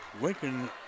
Lincoln